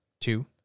two